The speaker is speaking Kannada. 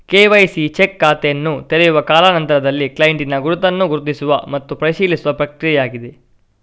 ಕೆ.ವೈ.ಸಿ ಚೆಕ್ ಖಾತೆಯನ್ನು ತೆರೆಯುವ ಕಾಲಾ ನಂತರದಲ್ಲಿ ಕ್ಲೈಂಟಿನ ಗುರುತನ್ನು ಗುರುತಿಸುವ ಮತ್ತು ಪರಿಶೀಲಿಸುವ ಪ್ರಕ್ರಿಯೆಯಾಗಿದೆ